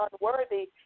unworthy